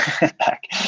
back